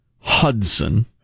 Hudson